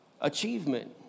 Achievement